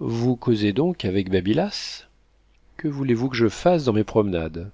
vous causez donc avec babylas que voulez-vous que je fasse dans mes promenades